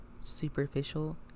superficial